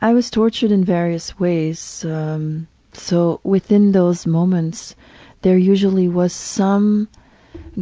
i was tortured in various ways um so within those moments there usually was some